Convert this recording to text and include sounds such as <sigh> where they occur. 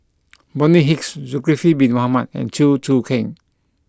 <noise> Bonny Hicks Zulkifli bin Mohamed and Chew Choo Keng